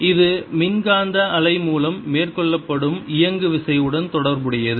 இது மின்காந்த அலை மூலம் மேற்கொள்ளப்படும் இயங்குவிசை உடன் தொடர்புடையது